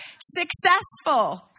successful